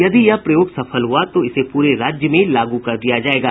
यदि यह प्रयोग सफल हुआ तो इसे पूरे राज्य में लागू कर दिया जायेगा